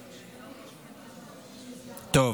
טוב.